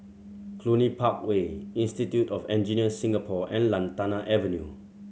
Cluny Park Way Institute of Engineer Singapore and Lantana Avenue